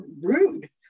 rude